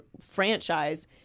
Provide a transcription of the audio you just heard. franchise